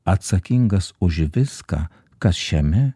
atsakingas už viską kas šiame